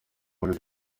marie